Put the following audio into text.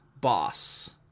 boss